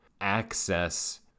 access